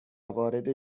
وارد